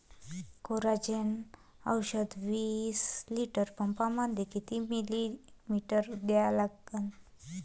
Coragen औषध विस litre पंपामंदी किती मिलीमिटर घ्या लागन?